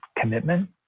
commitment